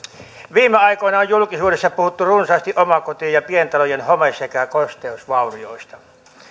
viime aikoina on julkisuudessa puhuttu runsaasti omakoti ja pientalojen home sekä kosteusvaurioista